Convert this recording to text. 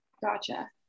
Gotcha